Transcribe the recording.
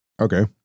Okay